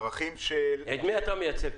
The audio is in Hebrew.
את מי אתה מייצג?